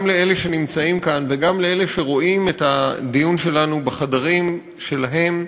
גם לאלה שנמצאים כאן וגם לאלה שרואים את הדיון שלנו בחדרים שלהם,